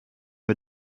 wir